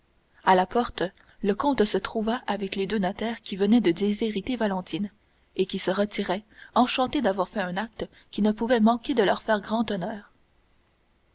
à la porte le comte se trouva avec les deux notaires qui venaient de déshériter valentine et qui se retiraient enchantés d'avoir fait un acte qui ne pouvait manquer de leur faire grand honneur